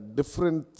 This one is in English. Different